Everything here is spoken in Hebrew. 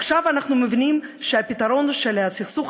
עכשיו אנחנו מבינים שהפתרון של הסכסוך